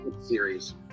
series